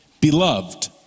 Beloved